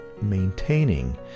maintaining